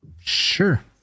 Sure